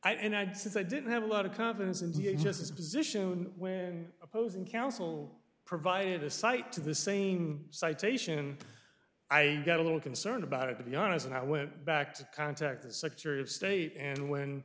i and i did since i didn't have a lot of confidence in the h s is a position where opposing counsel provided a cite to the same citation i got a little concerned about it to be honest and i went back to contact the secretary of state and when